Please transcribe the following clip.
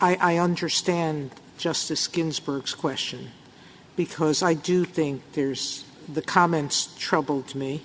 i understand justice ginsburg's question because i do think here's the comments trouble me